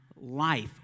life